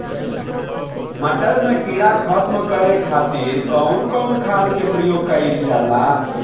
मटर में कीड़ा खत्म करे खातीर कउन कउन खाद के प्रयोग कईल जाला?